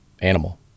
animal